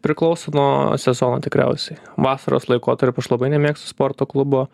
priklauso nuo sezono tikriausiai vasaros laikotarpiu aš labai nemėgstu sporto klubo